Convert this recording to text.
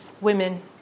women